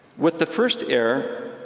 with the first error,